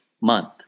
month